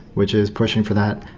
which is pushing for that.